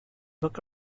book